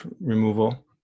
removal